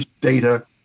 data